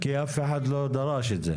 כי אף אחד לא דרש את זה.